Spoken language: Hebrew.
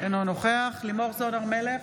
אינו נוכח לימור סון הר מלך,